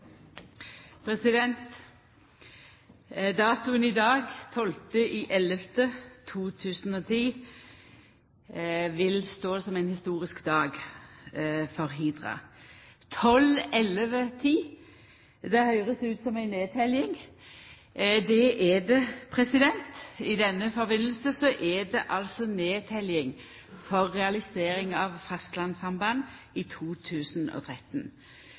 sluttført. Datoen i dag, den 12. november 2010, vil stå som ein historisk dag for Hidra. Tolv-elleve-ti – det høyrest ut som ei nedteljing. Det er det. I denne samanhengen er det altså nedteljing for realisering av fastlandssamband i 2013.